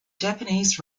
japanese